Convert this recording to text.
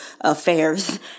affairs